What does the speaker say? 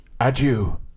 Adieu